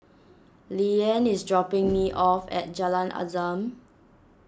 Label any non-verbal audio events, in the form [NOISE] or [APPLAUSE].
Leeann is dropping [NOISE] me off at Jalan Azam